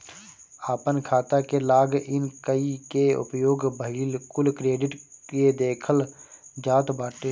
आपन खाता के लॉग इन कई के उपयोग भईल कुल क्रेडिट के देखल जात बाटे